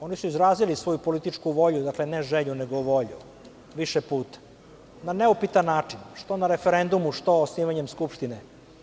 Oni su izrazili svoju političku volju, dakle, ne želju, nego volju više puta, na neupitan način, što na referendumu, što osnivanjem Skupštine.